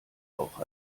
auch